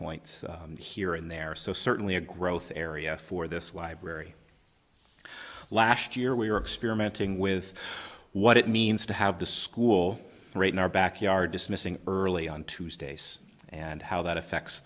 points here and there so certainly a growth area for this library last year we were experimenting with what it means to have the school rate in our backyard dismissing early on tuesdays and how that affects